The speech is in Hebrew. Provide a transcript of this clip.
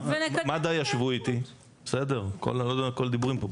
הכול דיבורים פה.